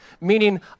Meaning